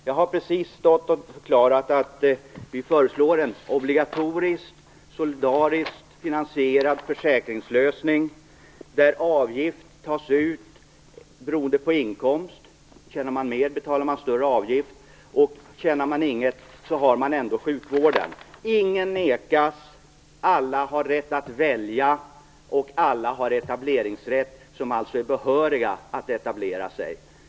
Jag har precis stått och förklarat att vi föreslår en obligatorisk, solidariskt finansierad försäkringslösning där avgift tas ut beroende på inkomst. Tjänar man mer betalar man större avgift, tjänar man inget har man ändå sjukvården. Ingen nekas, alla har rätt att välja och alla har etableringsrätt som är behöriga att etablera sig.